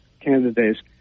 candidates